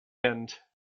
end